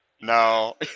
No